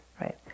right